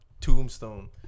Tombstone